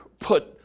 put